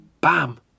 BAM